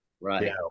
Right